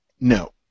No